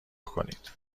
کنید